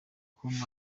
com